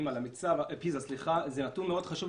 חשוב מאוד,